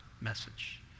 message